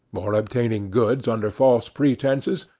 or obtaining goods under false pretences,